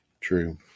True